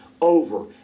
over